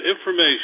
information